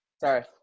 Sorry